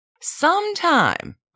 Sometime